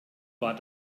war